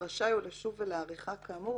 ורשאי הוא לשוב ולהאריכה כאמור,